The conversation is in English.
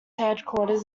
headquarters